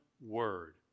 word